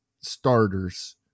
starters